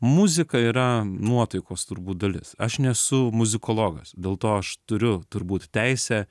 muzika yra nuotaikos turbūt dalis aš nesu muzikologas dėl to aš turiu turbūt teisę